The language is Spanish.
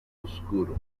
oscuro